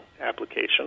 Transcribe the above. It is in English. application